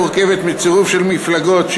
לקבוע כי התפלגות סיעה שאינה מורכבת מצירוף של מפלגות,